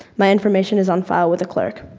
my information is on file with the clerk.